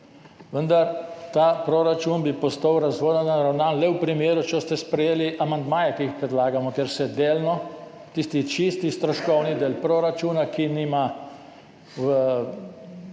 Vendar bi ta proračun postal razvojno naravnan le v primeru, če boste sprejeli amandmaje, ki jih predlagamo, ker se delno, tisti čisti stroškovni del proračuna, ki nima v